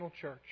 church